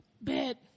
Bed